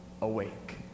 awake